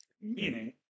meaning